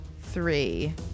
Three